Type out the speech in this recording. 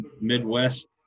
Midwest